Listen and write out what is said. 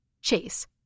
Chase